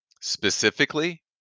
specifically